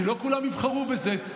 כי לא כולם יבחרו בזה,